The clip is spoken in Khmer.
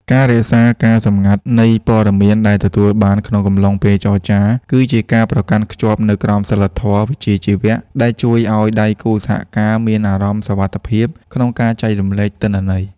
ការរក្សាការសម្ងាត់នៃព័ត៌មានដែលទទួលបានក្នុងកំឡុងពេលចរចា គឺជាការប្រកាន់ខ្ជាប់នូវក្រមសីលធម៌វិជ្ជាជីវៈដែលជួយឱ្យដៃគូសហការមានអារម្មណ៍សុវត្ថិភាពក្នុងការចែករំលែកទិន្នន័យ។